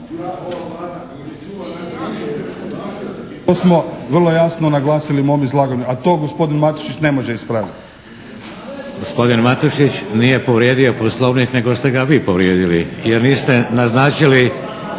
pa smo vrlo jasno naglasili u mom izlaganju, a to gospodin Matušić ne može ispravit.